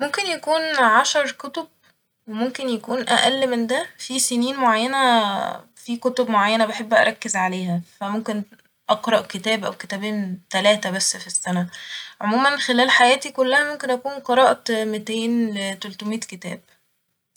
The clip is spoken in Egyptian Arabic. ممكن يكون عشر كتب ، وممكن يكون أأل من ده ، في سنين معينة في كتب معينة بحب أركز عليها ف ممكن أقرأ كتاب أو كتابين تلاتة بس في السنة ، عموما خلال حياتي كلها ممكن أكون قرأت ميتين لتلتمية كتاب